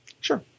Sure